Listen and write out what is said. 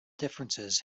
differences